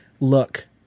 look